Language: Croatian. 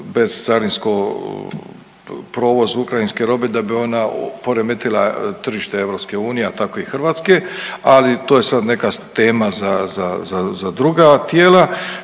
bescarinsko provoz ukrajinske robe da bi ona poremetila tržište EU, a tako i Hrvatske, ali to je sad neka tema za, za druga tijela.